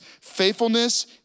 Faithfulness